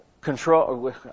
control